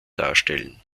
darstellen